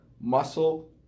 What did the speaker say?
muscle